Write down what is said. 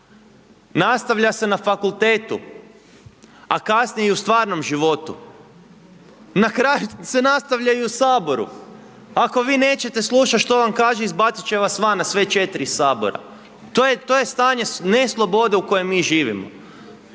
nastavlja se na fakultetu a kasnije i u stvarnom životu. Na kraju se nastavlja i u Saboru. Ako vi nećete slušati što vam kaže izbaciti će vas van na sve 4 iz Sabora. To je stanje neslobode u kojoj mi živimo.